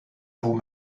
vous